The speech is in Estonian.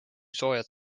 soojad